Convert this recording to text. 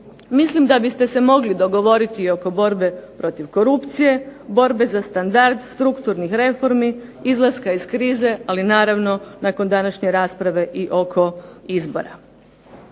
Mislim da biste se mogli dogovoriti i oko borbe protiv korupcije, borbe za standard strukturnih reformi izlaska iz krize, ali naravno nakon današnje rasprave i oko izbora.